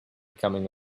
becoming